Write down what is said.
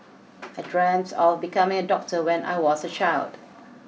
I dreamt of becoming a doctor when I was a child